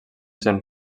sent